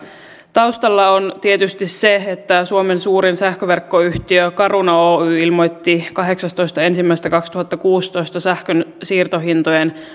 taustalla on tietysti se että suomen suurin sähköverkkoyhtiö caruna oy ilmoitti kahdeksastoista ensimmäistä kaksituhattakuusitoista sähkön siirtohintojen